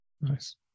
Nice